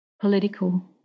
political